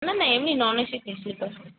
না না এমনি নন এসি স্লিপার